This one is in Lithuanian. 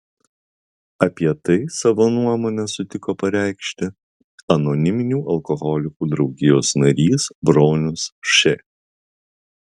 apie tai savo nuomonę sutiko pareikšti anoniminių alkoholikų draugijos narys bronius š